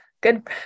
good